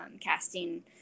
casting